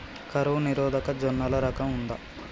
కరువు నిరోధక జొన్నల రకం ఉందా?